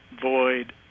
void